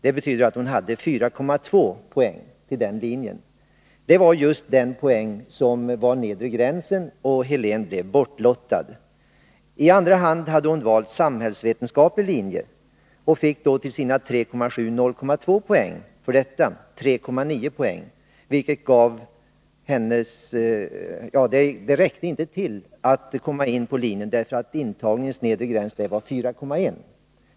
Det betyder att hon hade 4,2 poäng i valet till den linjen, men det var just den nedre betygsgränsen, och Helen blev bortlottad. I andra hand hade hon valt samhällsvetenskaplig linje, och hon fick där 0,2 poäng till sina 3,7, dvs. 3,9 poäng. Det räckte inte till för att komma in på linjen, eftersom den nedre gränsen låg på 4,1.